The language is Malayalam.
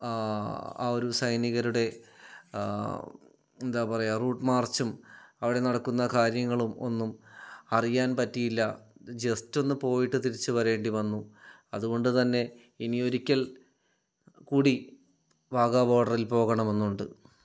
ആ ഒരു സൈനികരുടെ എന്താ പറയുക റൂട്ട് മാർച്ചും അവിടെ നടക്കുന്ന കാര്യങ്ങളും ഒന്നും അറിയാൻ പറ്റിയില്ല ജസ്റ്റ് ഒന്ന് പോയിട്ട് തിരിച്ചു വരേണ്ടി വന്നു അത് കൊണ്ട് തന്നെ ഇനി ഒരിക്കൽ കൂടി വാഗാ ബോഡറിൽ പോകണമെന്നുണ്ട്